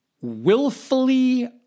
willfully